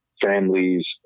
families